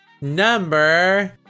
number